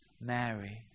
Mary